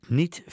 niet